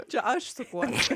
čia aš sukuosi